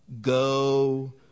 go